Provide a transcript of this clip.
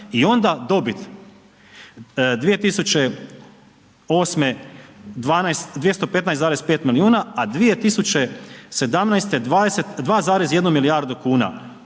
i onda dobit 2008. 215,5 milijuna, a 2017. 2,1 milijardu kuna,